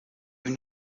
une